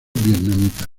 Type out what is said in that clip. vietnamitas